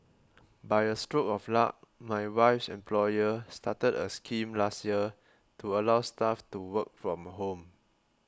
by a stroke of luck my wife's employer started a scheme last year to allow staff to work from home